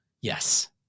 yes